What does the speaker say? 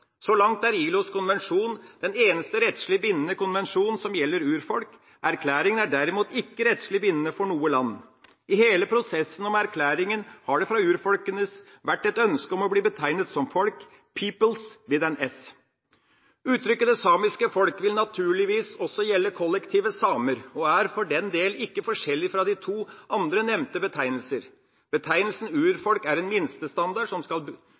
Så langt er ILOs konvensjon den eneste rettslig bindende konvensjon som gjelder urfolk. Erklæringa er derimot ikke rettslig bindende for noe land. I hele prosessen om erklæringa har det fra urfolkene vært et ønske å bli betegnet som «folk», «peoples with an s». Uttrykket «det samiske folk» vil naturligvis også gjelde kollektivet samer og er for den del ikke forskjellig fra de to andre nevnte betegnelser. Betegnelsen «urfolk» er en minstestandard som skal